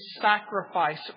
sacrifice